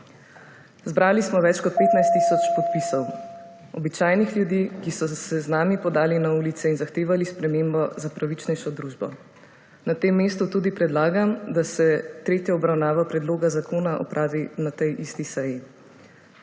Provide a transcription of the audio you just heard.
Zbrali smo več kot 15 tisoč podpisov običajnih ljudi, ki so se z nami podali na ulice in zahtevali spremembo za pravičnejšo družbo. Na tem mestu tudi predlagam, da se tretja obravnava predloga zakona opravi na tej isti seji.